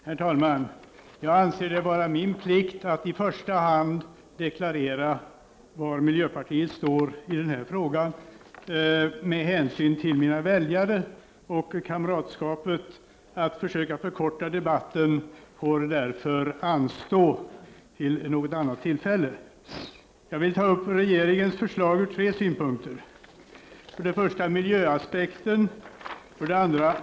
Herr talman! Jag anser det vara min plikt att i första hand deklarera miljöpartiets ståndpunkt i den här frågan — med hänsyn till mina väljare och till kamratskapet. Att förkorta debatten är därför något som får anstå till ett senare tillfälle. Jag vill ta upp regeringens förslag ur tre synpunkter: 1. Miljöaspekten 2.